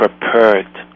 prepared